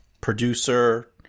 producer